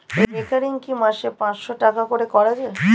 Recurring কি মাসে পাঁচশ টাকা করে করা যায়?